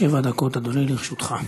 שבע דקות, אדוני, לרשותך.